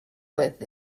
with